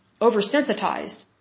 oversensitized